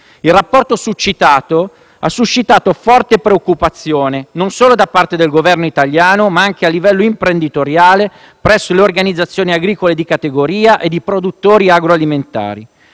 succitato ha suscitato forte preoccupazione, non solo da parte del Governo italiano, ma anche a livello imprenditoriale presso le organizzazioni agricole di categoria e di produttori agroalimentari.